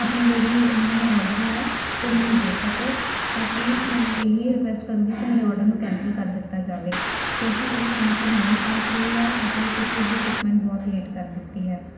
ਆਪਣੀ ਜਿਹੜੀ ਮੈਨੂੰ ਓਰਡਰ ਹੈ ਉਹ ਮੈਨੂੰ ਦੇ ਸਕੋ ਤਾਂ ਪਲੀਜ਼ ਮੈਂ ਇਹੀ ਰਿਕੁਐਸਟ ਕਰੂੰਗੀ ਕਿ ਮੇਰੇ ਓਰਡਰ ਨੂੰ ਕੈਂਸਲ ਕਰ ਦਿੱਤਾ ਜਾਵੇ ਕਿਉਂਕਿ ਉਹ ਸਮੇਂ ਸਿਰ ਨਹੀਂ ਪਹੁੰਚ ਰਹੀ ਹੈ ਅਤੇ ਤੁਸੀਂ ਉਸਦੀ ਸ਼ਿਪਮੈਂਟ ਬਹੁਤ ਲੇਟ ਕਰ ਦਿੱਤੀ ਹੈ